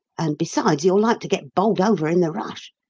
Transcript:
and, besides, you're like to get bowled over in the rush.